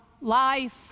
life